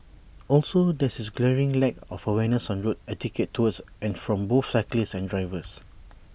also there is A glaring lack of awareness on road etiquette towards and from both cyclists and drivers